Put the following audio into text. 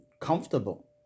comfortable